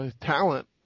talent